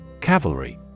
Cavalry